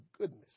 goodness